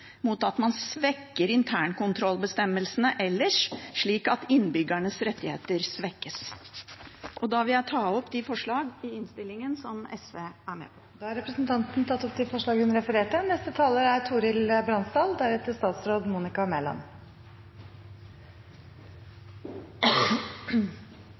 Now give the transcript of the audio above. mot at man svekker internkontrollbestemmelsene ellers, slik at innbyggernes rettigheter svekkes. Jeg vil ta opp de forslagene i innstillingen som SV har alene. Representanten Karin Andersen har tatt opp de forslagene hun refererte